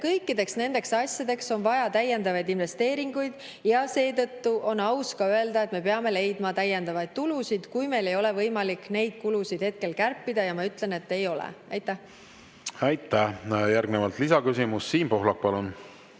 kõikideks nendeks asjadeks on vaja täiendavaid investeeringuid ja seetõttu on aus ka öelda, et me peame leidma täiendavat tulu, kui meil ei ole võimalik kulusid hetkel kärpida – ja ma ütlen, et ei ole. Aitäh! Järgnevalt lisaküsimus, Siim Pohlak, palun!